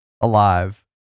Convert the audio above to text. alive